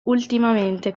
ultimamente